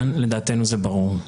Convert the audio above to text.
לדעתנו זה ברור.